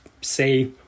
say